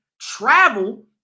travel